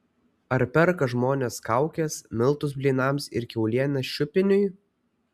ar perka žmonės kaukes miltus blynams ir kiaulieną šiupiniui